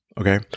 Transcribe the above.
okay